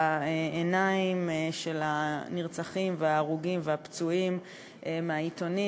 והעיניים של הנרצחים וההרוגים והפצועים מהעיתונים.